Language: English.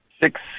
six